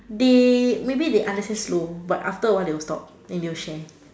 they maybe they understand slow but after a while they will stop then they will share